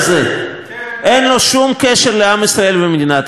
אין לו שום קשר לעם ישראל ומדינת ישראל,